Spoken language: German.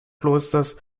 klosters